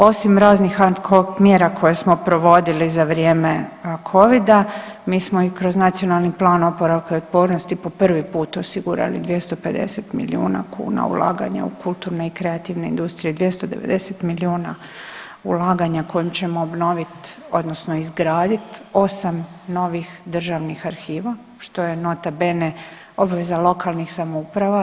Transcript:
Osim raznih ad hoc mjera koje smo provodili za vrijeme covida mi smo i kroz Nacionalni plan oporavka i otpornosti po prvi put osigurali 250 milijuna kuna ulaganja u kulturne i kreativne industrije, 290 milijuna ulaganja kojim ćemo obnovit, odnosno izgradit 8 novih državnih arhiva što je nota bene obveza lokalnih samouprava.